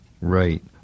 Right